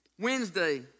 Wednesday